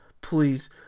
please